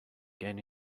gain